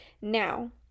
Now